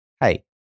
hey